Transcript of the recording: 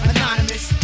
Anonymous